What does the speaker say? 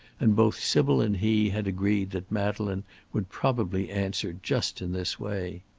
and both sybil and he had agreed that madeleine would probably answer just in this way.